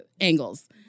angles